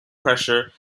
pressure